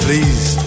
Please